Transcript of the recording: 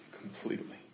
completely